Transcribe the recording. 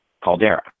caldera